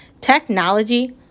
Technology